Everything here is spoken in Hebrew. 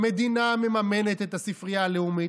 המדינה מממנת את הספרייה הלאומית,